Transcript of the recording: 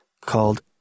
called